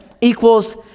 equals